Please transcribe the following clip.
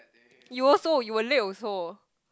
you also you were late also